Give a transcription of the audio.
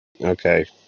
Okay